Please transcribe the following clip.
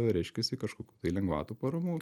reiškiasi kažkokių tai lengvatų paramų